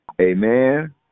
Amen